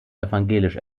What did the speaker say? evangelisch